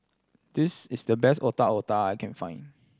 this is the best Otak Otak I can find